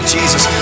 Jesus